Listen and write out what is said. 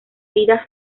vida